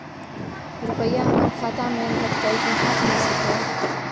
रुपिया हमर खाता में भेटतै कि हाँथ मे सीधे?